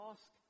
Ask